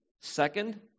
Second